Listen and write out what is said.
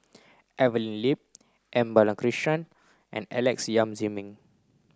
Evelyn Lip M Balakrishnan and Alex Yam Ziming